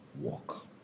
walk